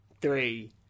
three